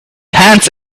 hands